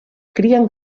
crien